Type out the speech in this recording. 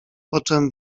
poczem